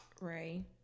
Ray